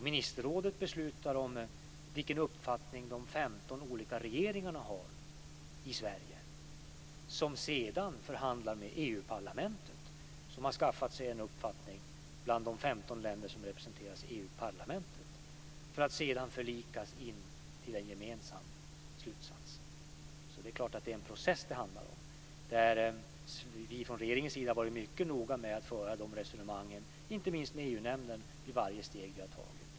Ministerrådet beslutar vilken uppfattning de 15 olika regeringarna har. Sverige förhandlar sedan med EU parlamentet som har skaffat sig en uppfattning bland de 15 länder som representeras i EU-parlamentet för att sedan förlikas i en gemensam slutsats. Det är klart att det är en process det handlar om. Vi från regeringens sida har varit mycket noga med att föra de resonemangen inte minst med EU nämnden för varje steg vi har tagit.